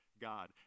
God